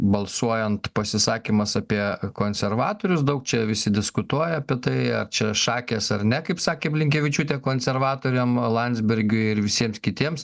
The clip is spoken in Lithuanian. balsuojant pasisakymas apie konservatorius daug čia visi diskutuoja apie tai ar čia šakės ar ne kaip sakė blinkevičiūtė konservatoriam landsbergiui ir visiems kitiems